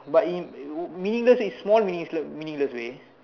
but in uh meaningless it's more meaningless meaningless way